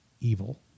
evil